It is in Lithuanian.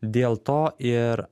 dėl to ir